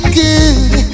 good